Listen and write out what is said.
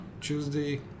Tuesday